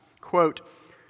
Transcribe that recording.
quote